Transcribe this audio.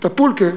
את ה"פולקע",